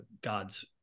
god's